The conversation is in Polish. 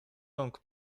rąk